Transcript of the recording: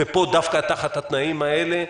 דווקא התנאים האלה,